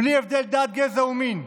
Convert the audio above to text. בלי הבדל דת, גזע ומין".